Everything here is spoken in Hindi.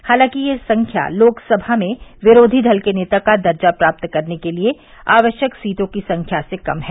हालांकि यह संख्या लोकसभा में विरोधी दल के नेता का दर्जा प्राप्त करने के लिए आवश्यक सीटों की संख्या से कम है